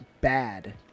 bad